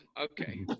okay